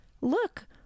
Look